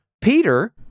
Peter